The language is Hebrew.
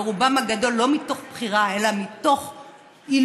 ורובם הגדול לא מתוך בחירה אלא מתוך אילוץ.